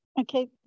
Okay